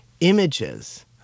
images